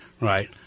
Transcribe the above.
right